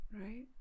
right